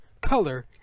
color